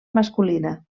masculina